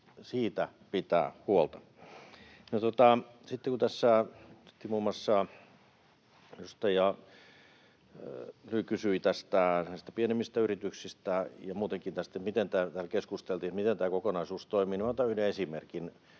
pitää siitä huolta. Sitten kun tässä edustaja kysyi näistä pienemmistä yrityksistä ja muutenkin tästä, miten täällä keskusteltiin, miten tämä kokonaisuus toimii, niin otan yhden esimerkin.